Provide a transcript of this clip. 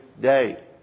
day